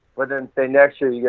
but then say next year, yeah